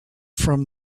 from